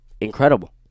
incredible